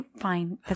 fine